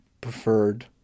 preferred